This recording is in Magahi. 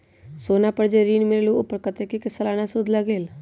सोना पर जे ऋन मिलेलु ओपर कतेक के सालाना सुद लगेल?